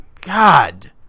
God